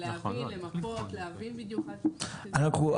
להבין, למפות, להבין מה בדיוק --- נכון.